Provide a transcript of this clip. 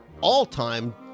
all-time